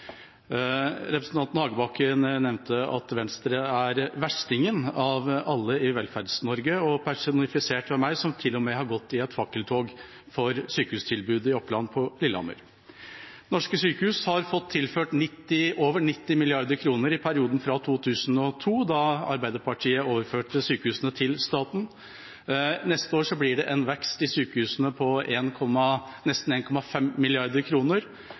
Representanten Hagebakken nevnte at Venstre er verstingen av alle i Velferds-Norge, personifisert ved meg, som til og med har gått i fakkeltog for sykehustilbudet i Oppland på Lillehammer. Norske sykehus har fått tilført over 90 mrd. kr i perioden fra 2002, da Arbeiderpartiet overførte sykehusene til staten. Neste år blir det en vekst i sykehusene på nesten 1,5 mrd. kr. Det er en